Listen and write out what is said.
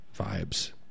vibes